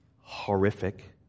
Horrific